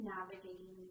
Navigating